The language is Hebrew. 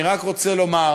אני רק רוצה לומר